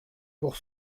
pour